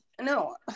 No